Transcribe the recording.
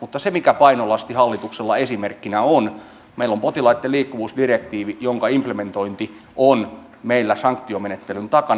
mutta se mikä painolasti hallituksella esimerkkinä on on se että meillä on potilaitten liikkuvuusdirektiivi jonka implementointi on meillä sanktiomenettelyn takana